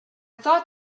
thought